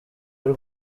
y’u